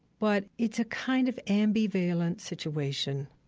but it's a kind of ambivalent situation